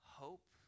hope